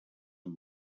amb